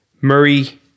Murray